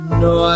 no